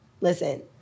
listen